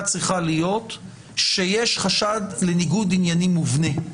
צריכה להיות שיש חשד לניגוד עניינים מובנה,